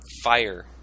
Fire